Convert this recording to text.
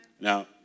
Now